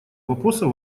вопроса